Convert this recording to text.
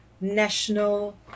national